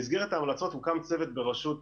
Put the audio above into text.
במסגרת ההמלצות הוקם צוות בראשות